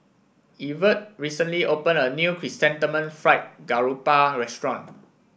Evertt recently opened a new Chrysanthemum Fried Garoupa restaurant